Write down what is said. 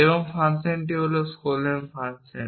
এবং ফাংশনটি হল স্কোলেম ফাংশন